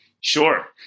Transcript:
Sure